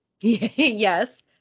Yes